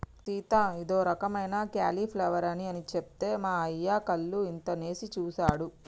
సీత ఇదో రకమైన క్యాలీఫ్లవర్ అని సెప్తే మా అయ్య కళ్ళు ఇంతనేసి సుసాడు